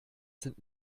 sind